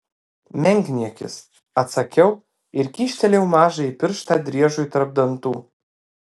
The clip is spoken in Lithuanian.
menkniekis atsakiau ir kyštelėjau mažąjį pirštą driežui tarp dantų